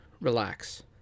Relax